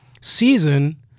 season